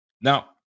Now